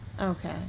Okay